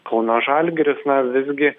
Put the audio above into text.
kauno žalgiris na visgi